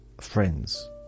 friends